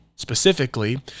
Specifically